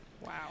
Wow